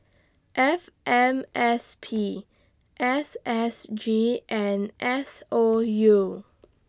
F M S P S S G and S O U